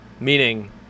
meaning